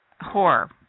Horror